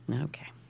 Okay